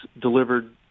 delivered